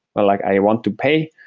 but like i want to pay,